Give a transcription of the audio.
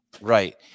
Right